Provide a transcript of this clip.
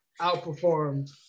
outperformed